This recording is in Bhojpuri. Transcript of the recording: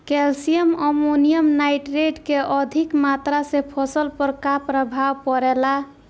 कैल्शियम अमोनियम नाइट्रेट के अधिक मात्रा से फसल पर का प्रभाव परेला?